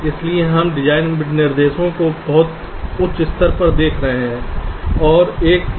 इसलिए हम डिजाइन विनिर्देश को बहुत उच्च स्तर पर देख रहे हैं